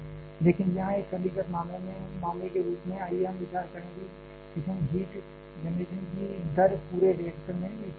लेकिन यहां एक सरलीकृत मामले के रूप में आइए हम विचार करें कि फिशन हीट जनरेशन की दर पूरे रिएक्टर में एक समान है